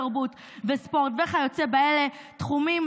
תרבות וספורט וכיוצא באלה תחומים,